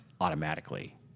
automatically